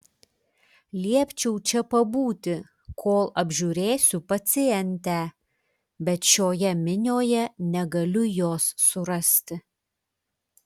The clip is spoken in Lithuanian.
liepiau čia pabūti kol apžiūrėsiu pacientę bet šioje minioje negaliu jos surasti